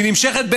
והיא נמשכת,